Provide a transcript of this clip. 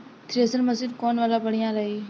Thresher machine कौन वाला बढ़िया रही?